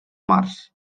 març